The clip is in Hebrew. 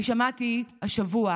אני שמעתי השבוע